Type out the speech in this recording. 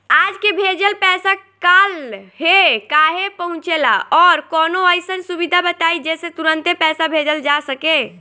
आज के भेजल पैसा कालहे काहे पहुचेला और कौनों अइसन सुविधा बताई जेसे तुरंते पैसा भेजल जा सके?